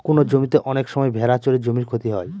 কোনো জমিতে অনেক সময় ভেড়া চড়ে জমির ক্ষতি হয়